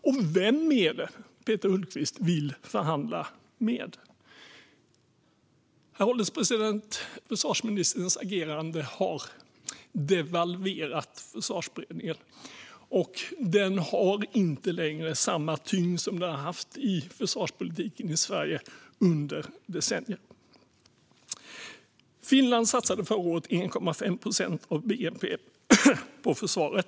Och vem är det Peter Hultqvist vill förhandla med? Herr ålderspresident! Försvarsministerns agerande har devalverat Försvarsberedningen. Den har inte längre samma tyngd som den haft i försvarspolitiken i Sverige under decennier. Finland satsade förra året 1,5 procent av bnp på försvaret.